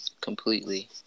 completely